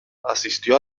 asistió